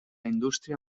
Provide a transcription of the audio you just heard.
indústria